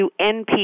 NP